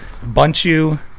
Bunchu